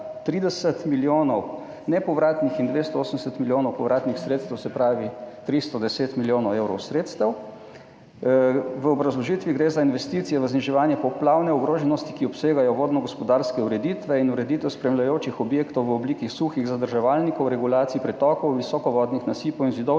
30 milijonov nepovratnih in 280 milijonov povratnih sredstev, se pravi 310 milijonov evrov sredstev. V obrazložitvi gre za investicije za zniževanje poplavne ogroženosti, ki obsegajo vodnogospodarske ureditve in ureditev spremljajočih objektov v obliki suhih zadrževalnikov, regulacij pretokov, visokovodnih nasipov in zidov